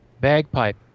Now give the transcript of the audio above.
bagpipe